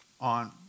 On